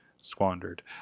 squandered